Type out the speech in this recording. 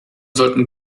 sollten